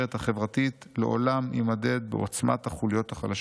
השרשרת החברתית לעולם יימדד בעוצמת החוליות החלשות.